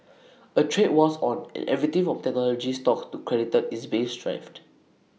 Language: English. A trade war's on and everything from technology stocks to creditor is being strafed